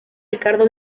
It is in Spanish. ricardo